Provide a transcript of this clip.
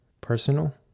personal